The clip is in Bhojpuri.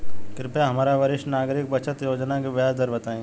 कृपया हमरा वरिष्ठ नागरिक बचत योजना के ब्याज दर बताई